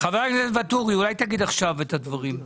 חבר הכנסת ואטורי, אולי תגיד עכשיו את הדברים.